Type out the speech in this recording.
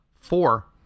Four